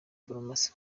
farumasi